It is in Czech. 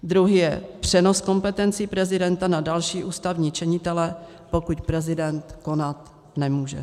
Druhý je přenos kompetencí prezidenta na další ústavní činitele, pokud prezident konat nemůže.